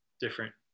different